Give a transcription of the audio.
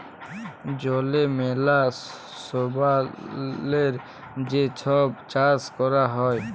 জলে ম্যালা শৈবালের যে ছব চাষ ক্যরা হ্যয়